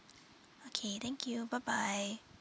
okay thank you bye bye